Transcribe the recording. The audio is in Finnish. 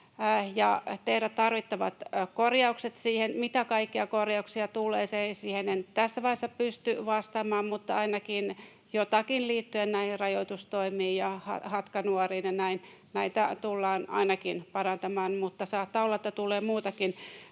tehdä tarvittavat korjaukset siihen. Mitä kaikkia korjauksia tulee, siihen en tässä vaiheessa pysty vastaamaan, mutta ainakin jotakin liittyen näihin rajoitustoimiin ja hatkanuoriin, ja näitä tullaan ainakin parantamaan, mutta saattaa olla, että tulee muutakin.